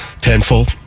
tenfold